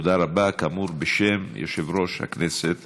תודה רבה, כאמור, בשם יושב-ראש הכנסת